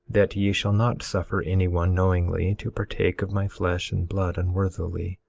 that ye shall not suffer any one knowingly to partake of my flesh and blood unworthily,